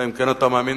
אלא אם כן אתה מאמין